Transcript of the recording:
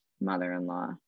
mother-in-law